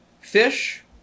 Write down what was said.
Fish